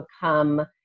become